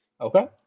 Okay